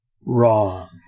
wrong